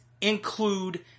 include